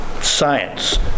science